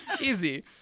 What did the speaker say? easy